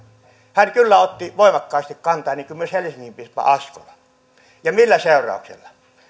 hän kyllä otti voimakkaasti kantaa niin kuin myös helsingin piispa askola ja millä seurauksella